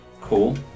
Cool